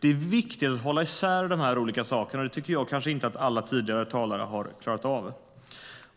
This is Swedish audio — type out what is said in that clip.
Det är viktigt att hålla isär de här olika sakerna, och jag tycker kanske inte att alla tidigare talare har klarat av det.